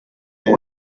bank